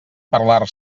parlar